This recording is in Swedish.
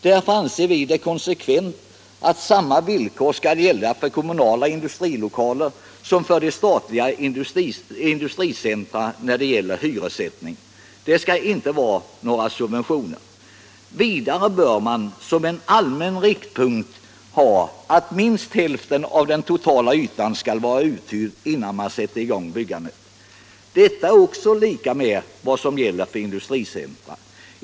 Därför anser vi det konsekvent att samma villkor för hyressättningen skall gälla för kommunala industrilokaler som för statliga industricentra. Det skall inte ges några subventioner. Vidare bör man som en allmän riktpunkt ha att minst hälften av den totala ytan skall vara uthyrd innan byggandet får sättas i gång. Samma bestämmelser gäller för industricentra.